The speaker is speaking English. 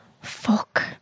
Fuck